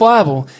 Bible